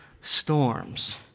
storms